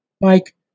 Mike